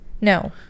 No